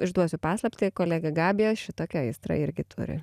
išduosiu paslaptį kolegė gabija šitokią aistrą irgi turi